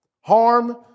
harm